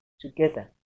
together